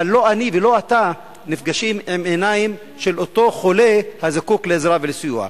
אבל לא אני ולא אתה נפגשים עם עיניים של אותו חולה הזקוק לעזרה ולסיוע.